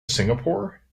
singapore